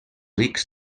rics